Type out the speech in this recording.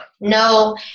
no